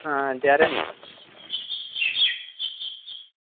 હા ત્યારે